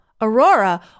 Aurora